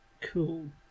cool